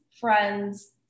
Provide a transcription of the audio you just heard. friends